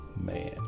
man